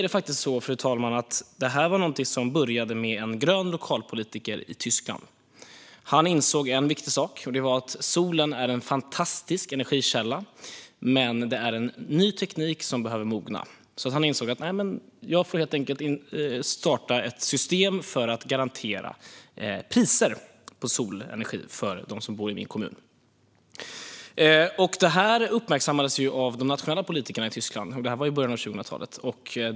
Det började faktiskt med en grön lokalpolitiker i Tyskland, fru talman. Han insåg en viktig sak, och det var att solen är en fantastisk energikälla men att det var en ny teknik som behövde mogna. Han insåg att han helt enkelt fick starta ett system för att garantera priser på solenergi för dem som bodde i hans kommun. Detta uppmärksammades av de nationella politikerna i Tyskland i början av 2000-talet.